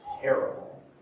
terrible